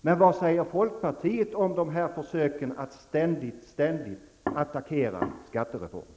Men vad säger folkpartiet om försöken att ständigt attackera skattereformen?